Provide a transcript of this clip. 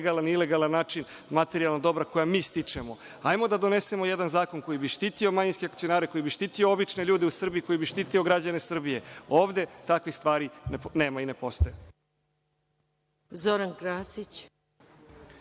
i ilegalan način, materijalna dobra koja mi stičemo. Hajde da donesemo jedan zakon koji bi štitio manjinske akcionare, koji bi štitio obične ljude u Srbiji, koji bi štitio građane Srbije. Ovde takvih stvari nema i ne postoje. **Maja